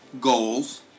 goals